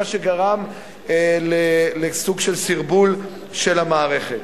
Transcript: מה שגרם לסוג של סרבול של המערכת.